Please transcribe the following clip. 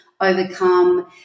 overcome